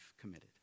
committed